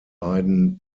beiden